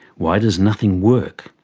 why does nothing work?